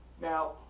Now